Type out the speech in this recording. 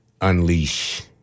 unleash